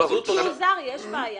הוא אזרח ישראלי.